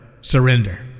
surrender